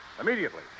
Immediately